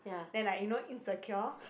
then like you know insecure